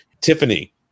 Tiffany